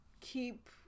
keep